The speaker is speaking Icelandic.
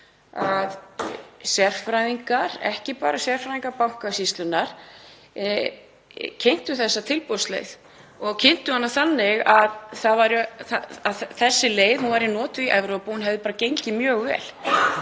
að sérfræðingar, ekki bara sérfræðingar Bankasýslunnar, kynntu þessa tilboðsleið og kynntu hana þannig að þessi leið væri notuð í Evrópu og hefði gengið mjög vel.